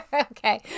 Okay